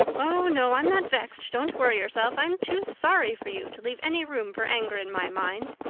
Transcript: oh, no, i'm not vexed don't worry yourself. i'm too sorry for you to leave any room for anger in my mind.